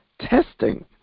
testing